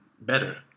better